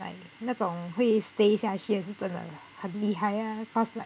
like 那种会 stay 下去是真的厉害啊 cause like